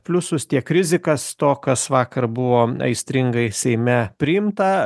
pliusus tiek rizikas to kas vakar buvo aistringai seime priimta